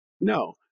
no